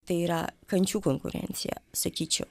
tai yra kančių konkurencija sakyčiau